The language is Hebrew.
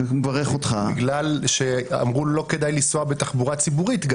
בגלל שאמרו שלא כדאי לנסוע בתחבורה ציבורית,